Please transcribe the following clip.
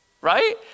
right